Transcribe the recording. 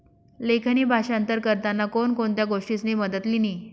लेखणी भाषांतर करताना कोण कोणत्या गोष्टीसनी मदत लिनी